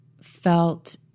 felt